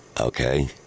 Okay